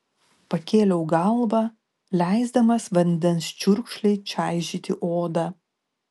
pakėliau galvą leisdamas vandens čiurkšlei čaižyti odą